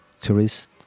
tourists